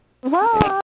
Bye